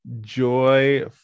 Joy